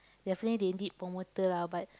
definitely they need promoter lah but